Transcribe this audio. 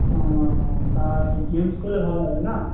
ও তাই জেন্টস করলে ভালো হবে না